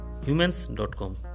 humans.com